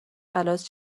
خلاص